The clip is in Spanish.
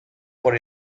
por